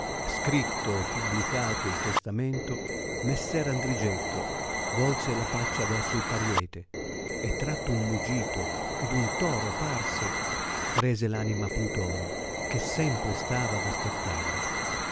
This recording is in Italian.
scritto e publicato il testamento messer andrigetto volse la faccia verso il pariete e tratto un mugito che d un toro parse rese l anima a plutone che sempre stava ad aspettarla